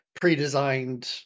pre-designed